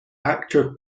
actor